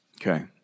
Okay